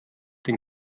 den